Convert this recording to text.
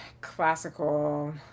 classical